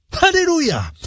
Hallelujah